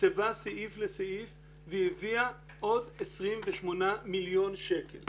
תקצבה סעיף לסעיף והיא הביאה עוד 28 מיליון שקלים.